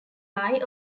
ally